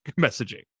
messaging